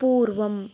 पूर्वम्